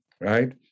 right